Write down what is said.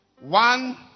One